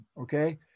okay